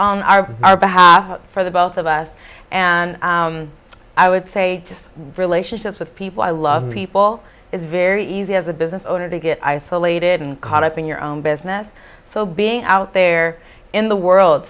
on our for the both of us and i would say just relationships with people i love people it's very easy as a business owner to get isolated and caught up in your own business so being out there in the world